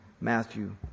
Matthew